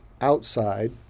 outside